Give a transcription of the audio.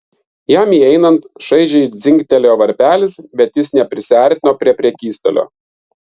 jam įeinant šaižiai dzingtelėjo varpelis bet jis neprisiartino prie prekystalio